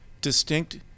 distinct